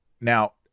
now